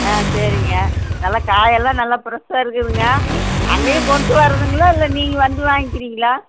ஆ சரிங்க நல்ல காய் எல்லாம் நல்லா ஃப்ரெஷாக இருக்குதுங்க அன்னைக்கே கொண்டு வரதுங்களா இல்லை நீங்கள் வந்து வாங்கிக்கிறீங்களா